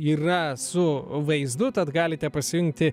yra su vaizdu tad galite pasiimti